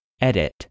Edit